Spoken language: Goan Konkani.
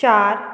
चार